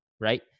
right